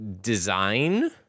design